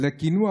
ולקינוח,